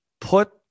put